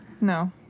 No